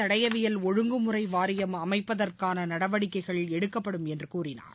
தடயவியல் ஒழுங்குமுறை வாரியம் அமைப்பதற்கான நடவடிக்கைகள் எடுக்கப்படும் என்று கூறினார்